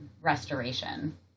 restoration